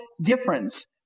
difference